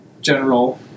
general